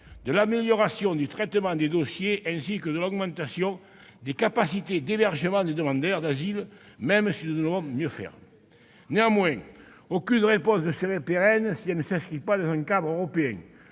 de l'amélioration du traitement des dossiers, ainsi que de l'augmentation des capacités d'hébergement des demandeurs d'asile, même si nous devons mieux faire. Néanmoins, aucune réponse ne sera pérenne si elle ne s'inscrit pas dans un cadre européen.